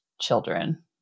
children